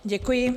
Děkuji.